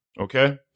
Okay